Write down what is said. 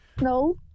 No